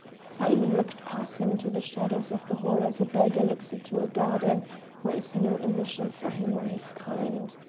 simon looked past him into the shadows of the hall as a beggar looks into a garden where is no admission for him or his kind.